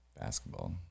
Basketball